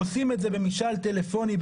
עושים את זה במשאל טלפוני,